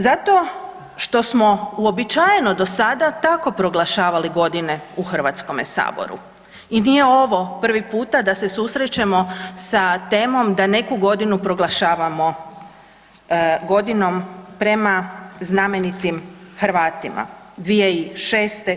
Zato što smo uobičajeno do sada tako proglašavali godine u HS i nije ovo prvi puta da se susrećemo sa temom da neku godinu proglašavamo godinom prema znamenitim Hrvatima, 2006.